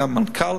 מהמנכ"ל,